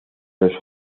los